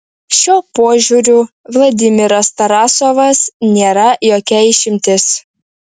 šiuo požiūriu vladimiras tarasovas nėra jokia išimtis